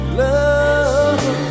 love